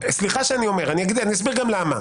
סליחה שאני אומר את זה, ואני אסביר גם למה.